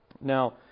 now